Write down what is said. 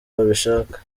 babishaka